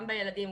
גם בילדים,